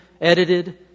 edited